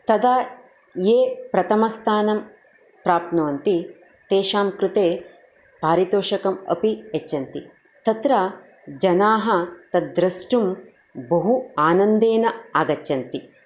तदा ये प्रथमस्थानं प्राप्नुवन्ति तेषां कृते पारितोषिकमपि यच्छन्ति तत्र जनाः तद् द्रष्टुं बहु आनन्देन आगच्छन्ति